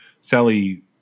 Sally